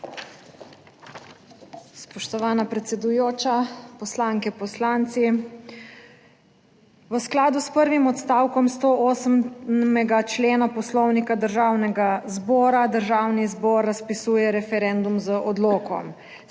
Spoštovana predsedujoča, poslanke, poslanci! V skladu s prvim odstavkom 108. člena Poslovnika Državnega zbora Državni zbor razpisuje referendum z odlokom.